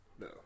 No